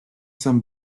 san